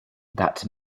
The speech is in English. that